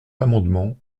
l’amendement